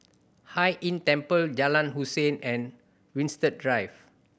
Hai Inn Temple Jalan Hussein and Winstedt Drive